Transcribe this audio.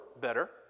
better